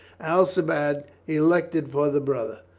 alcibiade elected for the brother.